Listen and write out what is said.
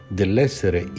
dell'essere